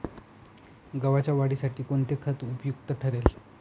गव्हाच्या वाढीसाठी कोणते खत उपयुक्त ठरेल?